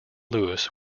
lewis